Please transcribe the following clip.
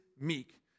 meek